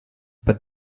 but